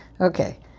Okay